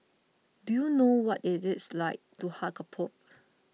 do you know what it is like to hug a pope